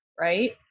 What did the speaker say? right